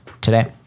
today